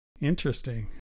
Interesting